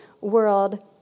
world